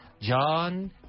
John